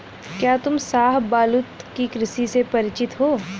क्या तुम शाहबलूत की कृषि से परिचित हो?